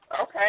okay